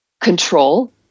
control